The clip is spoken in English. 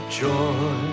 joy